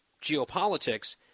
geopolitics